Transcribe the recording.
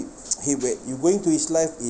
!hey! where you going to his live in